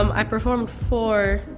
um i performed for